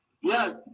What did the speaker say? Yes